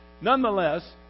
nonetheless